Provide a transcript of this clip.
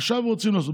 עכשיו רוצים לעשות.